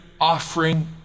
offering